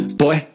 boy